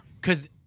Because-